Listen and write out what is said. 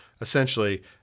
essentially